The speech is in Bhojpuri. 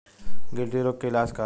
गिल्टी रोग के इलाज का ह?